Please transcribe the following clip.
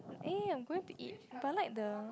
eh I'm going to eat but I like the